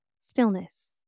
stillness